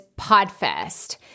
PodFest